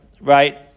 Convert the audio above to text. right